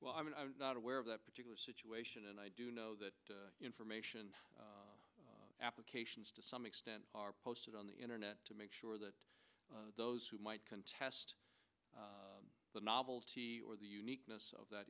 well i'm not aware of that particular situation and i do know that information applications to some extent are posted on the internet to make sure that those who might contest the novelty or the uniqueness of that